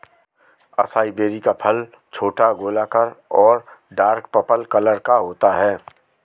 acai berry का फल छोटा, गोलाकार और डार्क पर्पल कलर का होता है